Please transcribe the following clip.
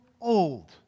old